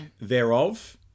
thereof